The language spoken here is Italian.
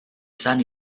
san